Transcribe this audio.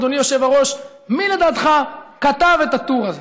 אדוני היושב-ראש, מי לדעתך כתב את הטור הזה,